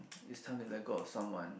is time to let go of someone